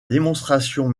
démonstration